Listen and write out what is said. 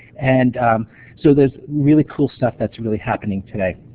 and so there's really cool stuff that's really happening today.